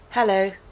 Hello